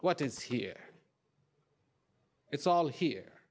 what is here it's all here